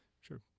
Sure